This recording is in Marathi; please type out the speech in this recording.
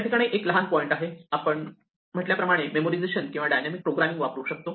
या ठिकाणी एक लहान पॉइंट आहे आपण म्हटल्याप्रमाणे मेमोरिझेशन किंवा डायनामिक प्रोग्रामिंग वापरू शकतो